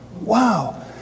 Wow